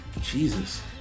Jesus